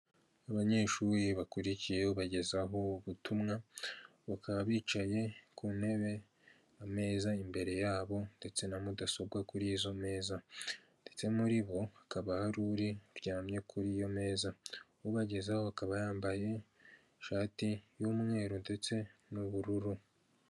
Abanyeshuri bakurikiye ubagezaho ubutumwa, bakaba bicaye ku ntebe, ameza imbere yabo ndetse na mudasobwa kuri izo meza, ndetse muri bo hakaba hari uryamye kuri iyo meza, ubagezeho akaba yambaye ishati y'umweru ndetse n'ubururu.